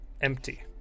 empty